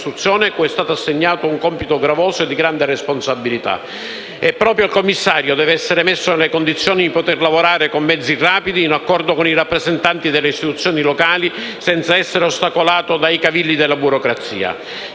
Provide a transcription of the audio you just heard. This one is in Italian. il commissario deve essere messo nelle condizioni di poter lavorare con mezzi rapidi, in accordo con i rappresentanti delle istituzioni locali e senza essere ostacolato dai cavilli della burocrazia.